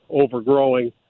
overgrowing